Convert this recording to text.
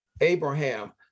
Abraham